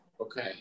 Okay